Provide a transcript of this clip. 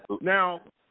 Now